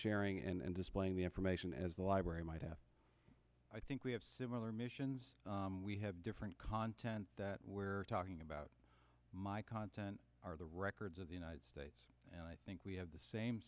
sharing and displaying the information as the library might have i think we have similar missions we have different content that where talking about my content are the records of the united states and i think we have the same